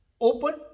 open